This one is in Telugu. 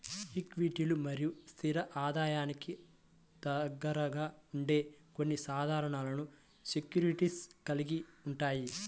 ఈక్విటీలు మరియు స్థిర ఆదాయానికి దగ్గరగా ఉండే కొన్ని సాధనాలను సెక్యూరిటీస్ కలిగి ఉంటాయి